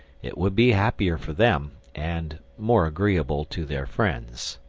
it would be happier for them, and more agreeable to their friends.